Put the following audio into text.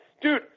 Dude